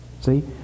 See